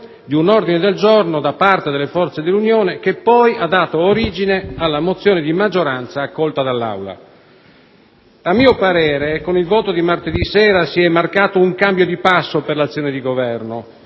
di un ordine del giorno da parte delle forze dell'Unione che poi ha dato origine alla mozione di maggioranza accolta dall'Aula. A mio parere, con il voto di martedì sera si è marcato un cambio di passo per l'azione di Governo,